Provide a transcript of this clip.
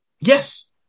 Yes